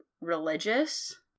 religious